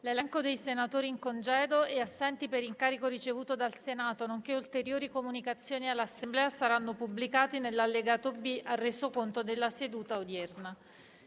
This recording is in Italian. L'elenco dei senatori in congedo e assenti per incarico ricevuto dal Senato, nonché ulteriori comunicazioni all'Assemblea saranno pubblicati nell'allegato B al Resoconto della seduta odierna.